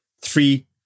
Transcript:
three